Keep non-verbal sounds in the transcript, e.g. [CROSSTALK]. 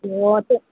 ಓಹ್ [UNINTELLIGIBLE]